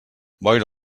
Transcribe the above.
boira